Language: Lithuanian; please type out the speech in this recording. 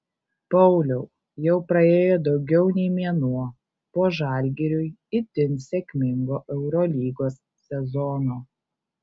pauliau jau praėjo daugiau nei mėnuo po žalgiriui itin sėkmingo eurolygos sezono